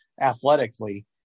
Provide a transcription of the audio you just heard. athletically